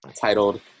Titled